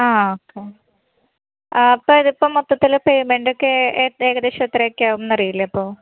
ആ ഓക്കെ ആ അപ്പം ഇതിപ്പം മൊത്തത്തിൽ പേമന്റക്കെ ഏകദേശം എത്രയക്കെയാവും എന്ന് അറിയില്ലേ അപ്പോൾ